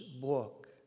book